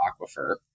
aquifer